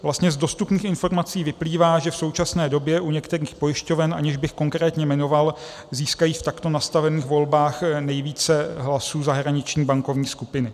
Vlastně z dostupných informací vyplývá, že v současné době u některých pojišťoven, aniž bych konkrétně jmenoval, získají v takto nastavených volbách nejvíce hlasů zahraniční bankovní skupiny.